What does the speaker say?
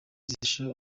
zifasha